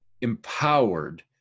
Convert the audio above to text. empowered